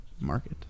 market